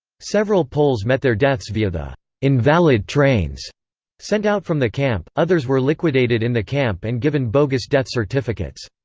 several poles met their deaths via the invalid trains sent out from the camp, others were liquidated in the camp and given bogus death certificates.